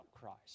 Christ